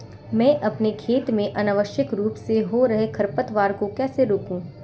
मैं अपने खेत में अनावश्यक रूप से हो रहे खरपतवार को कैसे रोकूं?